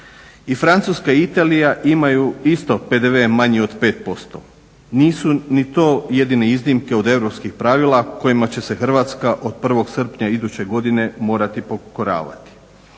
I Francuska i Italija imaju isto PDV manji od 5%. Nisu ni to jedine iznimke od europskih pravila kojima že se Hrvatska od 1.sprnja iduće godine morati pokoravati.